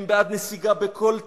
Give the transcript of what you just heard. הם בעד נסיגה בכל תנאי.